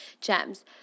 gems